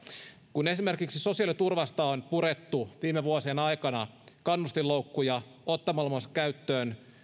kun esimerkiksi sosiaaliturvasta on purettu viime vuosien aikana kannustinloukkuja ottamalla käyttöön